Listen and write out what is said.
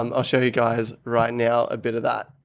um i'll show you guys right now a bit of that.